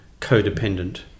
codependent